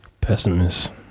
Pessimist